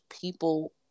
people